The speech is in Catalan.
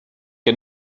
que